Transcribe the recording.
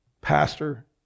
pastor